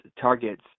targets